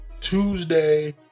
Tuesday